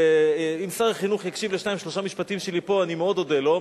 ואם שר החינוך יקשיב לשניים-שלושה משפטים שלי פה אני מאוד אודה לו,